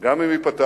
גם אם ייפתח,